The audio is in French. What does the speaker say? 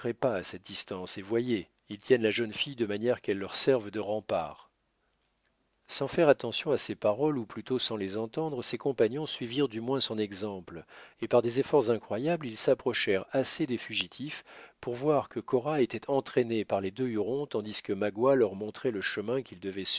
pas à cette distance et voyez ils tiennent la jeune fille de manière qu'elle leur serve de rempart sans faire attention à ces paroles ou plutôt sans les entendre ses compagnons suivirent du moins son exemple et par des efforts incroyables ils s'approchèrent assez des fugitifs pour voir que cora était entraînée par les deux hurons tandis que magua leur montrait le chemin qu'ils devaient